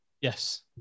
Yes